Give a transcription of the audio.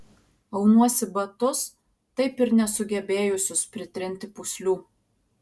aunuosi batus taip ir nesugebėjusius pritrinti pūslių